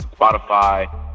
Spotify